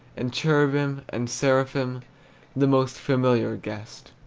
and cherubim and seraphim the most familiar guest.